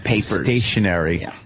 stationery